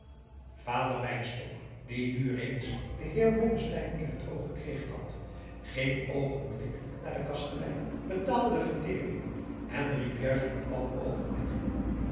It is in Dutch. wynstok die nu reeds den heer blommesteyn in het oog gekregen had ging oogenblikkelijk naar den kastelein betaalde de vertering en riep juist op dat oogenblik